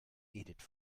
edith